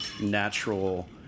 natural